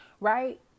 right